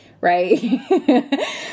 right